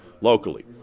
locally